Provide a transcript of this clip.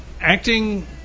Acting